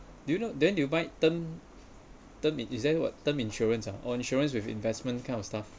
do you know then you buy term term is there what term insurance ah or insurance with investment kind of stuff